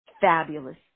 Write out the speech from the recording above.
fabulous